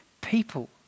people